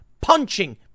punching